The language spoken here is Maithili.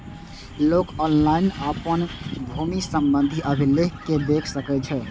लोक ऑनलाइन अपन भूमि संबंधी अभिलेख कें देख सकै छै